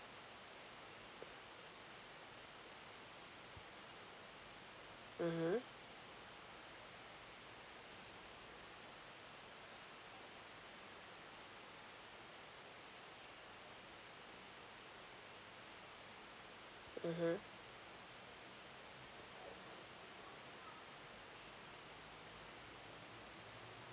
mmhmm mmhmm